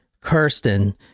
Kirsten